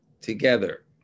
together